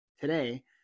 today